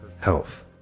health